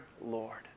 Lord